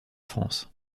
france